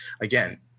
again